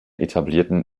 etablierten